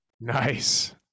Nice